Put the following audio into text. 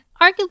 arguably